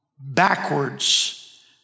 backwards